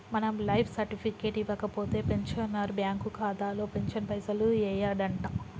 మనం life certificate ఇవ్వకపోతే pensioner bank ఖాతాలో పెన్షన్ పైసలు యెయ్యడంట